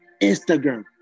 Instagram